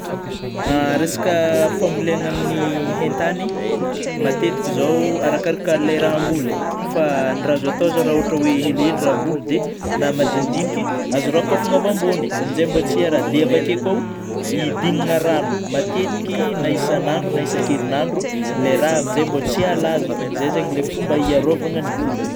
Resaka fambolena amin'ny haintany; matetika zao arakaraka lay raha ambole fa ndraha azo atao zao raha ohatry oe elihely raha amboly na madinidiniky azo rakofangna avy ambony amin'izay mba tsy arary, dia avy akeo kôa idinigna rano matetiky na isan'andro na isankerin'andro ilay raha amin'izay mbô tsy halazo; zay zeigny ilay fômba fiarovana ny voly